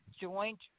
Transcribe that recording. joint